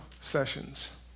sessions